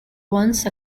once